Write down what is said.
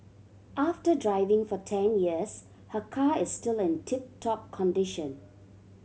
after driving for ten years her car is still in tip top condition